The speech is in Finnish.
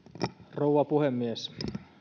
rouva puhemies